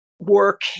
work